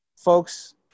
folks